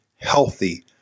healthy